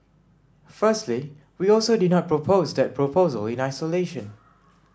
firstly we also did not propose that proposal in isolation